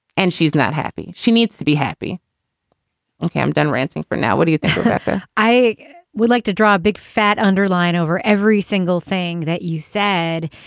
and she's not happy. she needs to be happy ok, i'm done ranting for now, what do you think i would like to draw big fat underline over every single thing that you said.